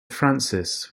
francis